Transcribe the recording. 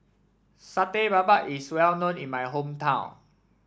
Satay Babat is well known in my hometown